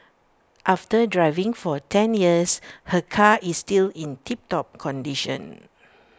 after driving for ten years her car is still in tiptop condition